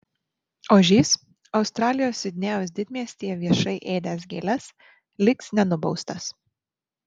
ožys australijos sidnėjaus didmiestyje viešai ėdęs gėles liks nenubaustas